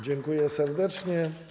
Dziękuję serdecznie.